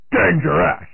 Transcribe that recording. dangerous